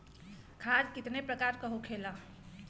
खाद कितने प्रकार के होखेला?